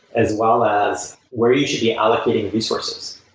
as well as where you should be allocating resources.